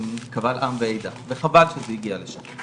קבל עם ועדה, וחבל שזה הגיע לשם.